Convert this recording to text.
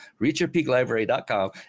reachyourpeaklibrary.com